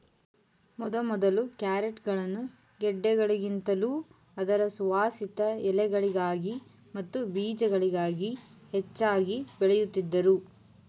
ಮೊದಮೊದಲು ಕ್ಯಾರೆಟ್ಗಳನ್ನು ಗೆಡ್ಡೆಗಳಿಗಿಂತಲೂ ಅದರ ಸುವಾಸಿತ ಎಲೆಗಳಿಗಾಗಿ ಮತ್ತು ಬೀಜಗಳಿಗಾಗಿ ಹೆಚ್ಚಾಗಿ ಬೆಳೆಯುತ್ತಿದ್ದರು